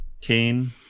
Kane